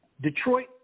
Detroit